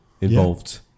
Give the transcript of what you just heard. involved